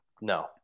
no